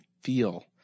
feel